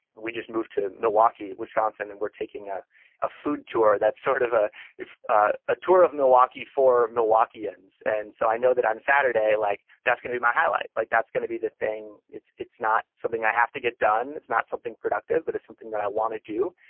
we just moved to milwaukee, wisconsin, and we're taking ah a food tour that's sort of ah a ah ah tour of milwaukee for milwaukeans, and so i know that on saturday, like that's going to be my highlight. like that's going to be the thing. it's it's not something i have to get done. it's not something productive, but it's something that i want to do,